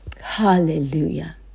hallelujah